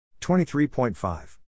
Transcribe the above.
23.5